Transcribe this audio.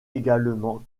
également